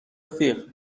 رفیق